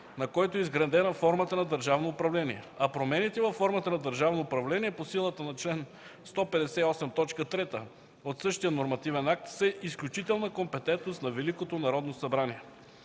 на който е изградена формата на държавно управление. А промените във формата на държавно управление по силата на чл. 158, т. 3 от същия нормативен акт са изключителна компетентност на Велико Народно събрание.